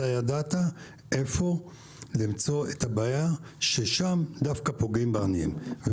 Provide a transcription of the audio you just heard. אתה ידעת היכן למצוא את הבעיה שם פוגעים דווקא בעניים.